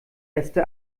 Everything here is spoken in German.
erste